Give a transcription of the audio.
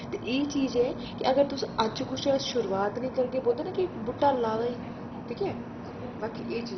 एह् चीज ऐ अगर तुस अज कोई शुरुआत नेईं करगे इक ऐ होंदा ना कि बूहटा लाए दा ऐ ठीक ऐ बाकी एह् चीज